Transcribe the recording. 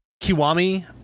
kiwami